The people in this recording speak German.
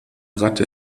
ratte